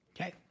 Okay